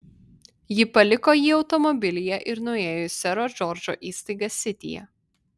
ji paliko jį automobilyje ir nuėjo į sero džordžo įstaigą sityje